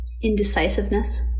Indecisiveness